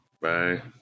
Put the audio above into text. Bye